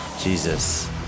Jesus